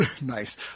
Nice